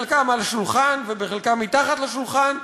בחלקם על השולחן ובחלקם מתחת לשולחן,